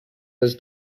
this